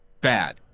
bad